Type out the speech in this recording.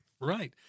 Right